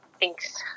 Thanks